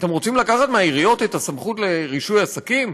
אתם רוצים לקחת מהעיריות את הסמכות לרישוי עסקים?